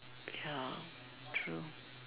ya true